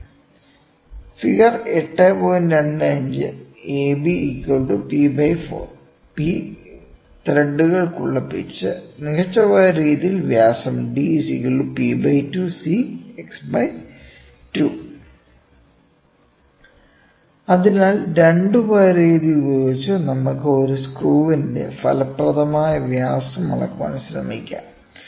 25 ABp4 pത്രെഡുകൾക്കുള്ള pitch മികച്ച wire രീതിയിൽ വ്യാസം അതിനാൽ 2 വയർ രീതി ഉപയോഗിച്ച് നമുക്കു ഒരു സ്ക്രൂവിന്റെ ഫലപ്രദമായ വ്യാസം അളക്കാൻ ശ്രമിക്കാം